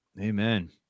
Amen